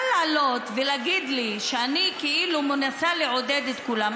אבל לעלות ולהגיד לי שאני כאילו מנסה לעודד את כולם?